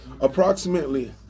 Approximately